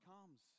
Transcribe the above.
comes